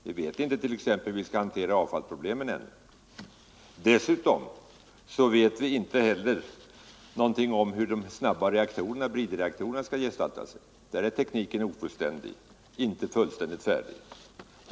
Vi vet t.ex. ännu inte om vi kan lösa avfallsproblemen. Dessutom vet vi inte heller något om hur de snabba reaktorerna, bridreaktorerna, kommer att gestalta sig. I dessa stycken eller beträffande dessas kostnader är tekniken långt ifrån färdig.